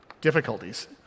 difficulties